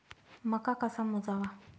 मका कसा मोजावा?